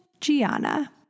Gianna